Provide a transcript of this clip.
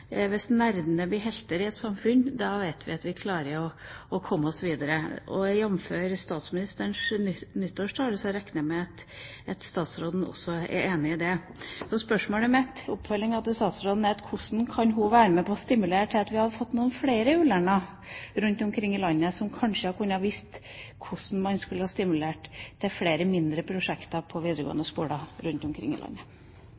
hvis nerdene blir helter i et samfunn, vet vi at vi klarer å komme oss videre. Og jamfør statsministerens nyttårstale regner jeg med at statsråden også er enig i det. Så spørsmålet mitt og oppfølgingen til statsråden er: Hvordan kan hun være med og stimulere til at vi kan få noen flere Ullern-er rundt omkring i landet? Hvordan kan man stimulere til flere mindre prosjekter på videregående skoler rundt omkring i landet? Jeg tror det viktigste vi kan gjøre, i tillegg til